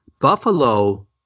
Buffalo